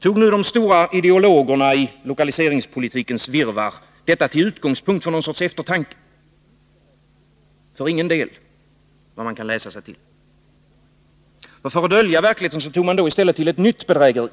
Tog nu de stora ideologerna i lokaliseringspolitikens virrvarr detta till utgångspunkt för någon sorts eftertanke? För ingen del, enligt vad man kan läsa sig till. För att dölja verkligheten tog man då i stället till ett nytt bedrägeri.